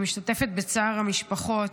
אני משתתפת בצער המשפחות.